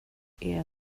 ihr